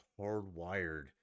hardwired